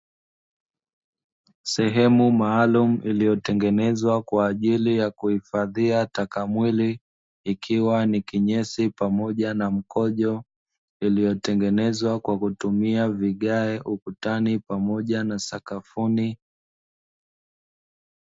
Sehemu maalumu iliyotengenezwa kwa ajili ya kuhifadhia taka mwili, ikiwa ni kinyesi pamoja na mkojo vilivyotengenezwa kwa kutumia vigae ukutani pamoja na sakafuni.